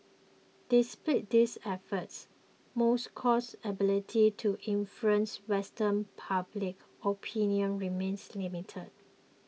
despite these efforts Moscow's ability to influence Western public opinion remains limited